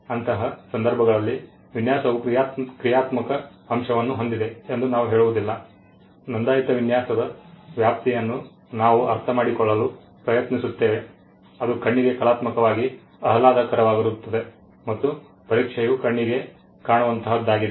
ಅಂತಹ ಸಂದರ್ಭಗಳಲ್ಲಿ ವಿನ್ಯಾಸವು ಕ್ರಿಯಾತ್ಮಕ ಅಂಶವನ್ನು ಹೊಂದಿದೆ ಎಂದು ನಾವು ಹೇಳುವುದಿಲ್ಲ ನೋಂದಾಯಿತ ವಿನ್ಯಾಸದ ವ್ಯಾಪ್ತಿಯನ್ನು ನಾವು ಅರ್ಥಮಾಡಿಕೊಳ್ಳಲು ಪ್ರಯತ್ನಿಸುತ್ತೇವೆ ಅದು ಕಣ್ಣಿಗೆ ಕಲಾತ್ಮಕವಾಗಿ ಆಹ್ಲಾದಕರವಾಗಿರುತ್ತದೆ ಮತ್ತು ಪರೀಕ್ಷೆಯು ಕಣ್ಣಿಗೆ ಕಾಣುವಂತಹದ್ದಾಗಿದೆ